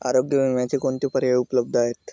आरोग्य विम्याचे कोणते पर्याय उपलब्ध आहेत?